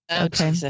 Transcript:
Okay